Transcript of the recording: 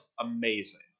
amazing